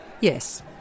Yes